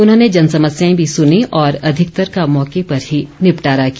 उन्होंने जन समस्याए भी सुनीं और अधिकतर का मौके पर ही निपटारा किया